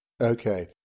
Okay